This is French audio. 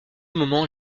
moment